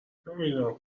نمیدونم